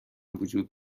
وجود